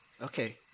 Okay